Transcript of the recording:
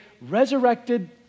resurrected